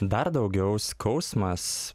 dar daugiau skausmas